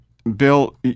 Bill